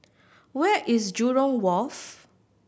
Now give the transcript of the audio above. where is Jurong Wharf